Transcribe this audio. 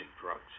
drugs